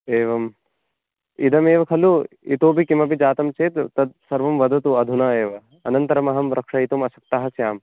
एवम् इदमेव खलु इतोपि किमपि जातं चेत् तत् सर्वं वदतु अधुना एव अनन्तरमहं रक्षयितुम् अशक्तः स्याम्